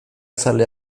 zale